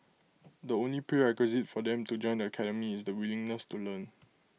the only prerequisite for them to join the academy is the willingness to learn